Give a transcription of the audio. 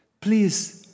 Please